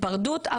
להיפרדות,